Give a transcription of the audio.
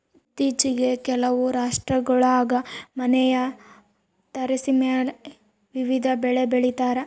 ಇತ್ತೀಚಿಗೆ ಕೆಲವು ರಾಷ್ಟ್ರಗುಳಾಗ ಮನೆಯ ತಾರಸಿಮೇಲೆ ವಿವಿಧ ಬೆಳೆ ಬೆಳಿತಾರ